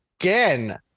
Again